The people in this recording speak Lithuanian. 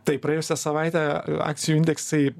taip praėjusią savaitę akcijų indeksai